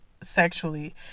sexually